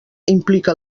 implica